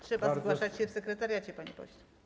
Trzeba zgłaszać się w sekretariacie, panie pośle.